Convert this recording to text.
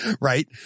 right